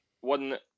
one